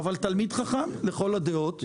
אבל תלמיד חכם לכל הדעות.